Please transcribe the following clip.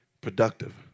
productive